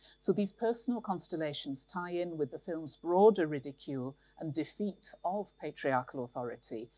so these personal constellations tie in with the film's broader ridicule and defeat of patriarchal authority,